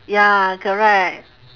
ya correct